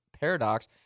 paradox